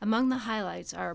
among the highlights our